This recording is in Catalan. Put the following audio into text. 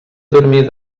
dormir